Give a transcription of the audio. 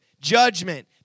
judgment